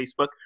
Facebook